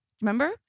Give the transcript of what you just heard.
Remember